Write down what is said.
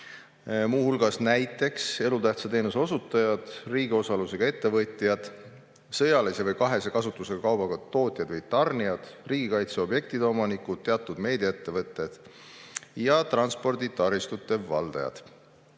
hulgas näiteks elutähtsa teenuse osutajad, riigi osalusega ettevõtjad, sõjalise või kahese kasutusega kauba tootjad või tarnijad, riigikaitseobjektide omanikud, teatud meediaettevõtjad ja transporditaristute valdajad.